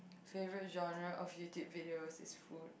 favourite genre of YouTube videos is food